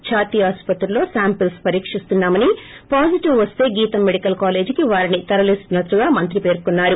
ధాతి ఆసుపత్రిలో శాంపిల్స్ పరీకిస్తున్నామని పాజిటివ్ వస్తే గీతం మెడికల్ కాలేజీకి వారిని తరలిస్తున్నట్లు మంత్రి పర్కొన్నారు